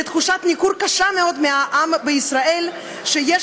לתחושת ניכור קשה מאוד מהעם בישראל שיש